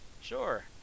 Sure